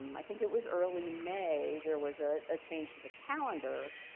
i think it was early may there was ah a change to the calendar,